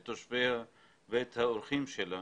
את תושביה ואת האורחים שלה,